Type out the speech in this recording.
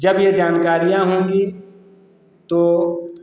जब ये जानकारियाँ होंगी तो